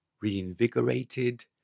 reinvigorated